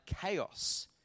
chaos